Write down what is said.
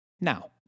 now